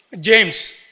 James